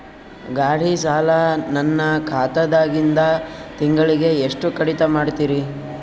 ಗಾಢಿ ಸಾಲ ನನ್ನ ಖಾತಾದಾಗಿಂದ ತಿಂಗಳಿಗೆ ಎಷ್ಟು ಕಡಿತ ಮಾಡ್ತಿರಿ?